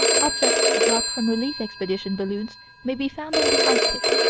objects dropped from relief-expedition-balloons may be found in the arctic,